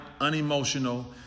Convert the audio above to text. unemotional